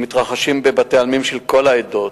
הם מתרחשים בבתי-העלמין של כל העדות,